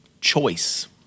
choice